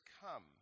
come